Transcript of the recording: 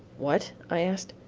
what? i asked.